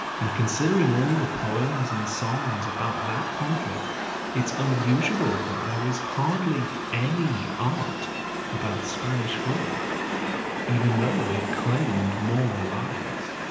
and considering all the poems and songs about that conflict it's unusual that there is hardly any art about spanish flu even though it claimed more lives.